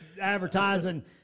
advertising –